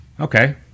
Okay